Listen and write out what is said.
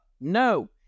No